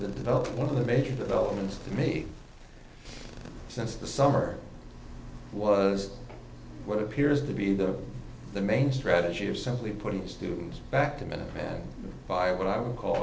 the development of the major development to me since the summer was what appears to be the the main strategy of simply putting students back to minuteman by what i would call